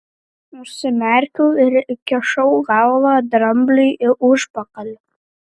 užsimerkiau ir įkišau galvą drambliui į užpakalį